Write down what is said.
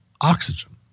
oxygen